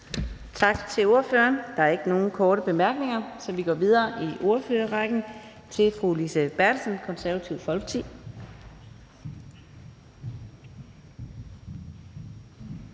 Tak til ordføreren. Der er ikke nogen korte bemærkninger, så vi går videre i ordførerrækken til fru Mette Thiesen, Dansk Folkeparti.